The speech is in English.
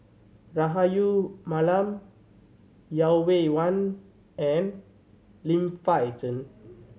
Rahayu Mahzam Yeo Wei Wei and Lim Fei Shen